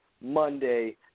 Monday